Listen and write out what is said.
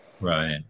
Right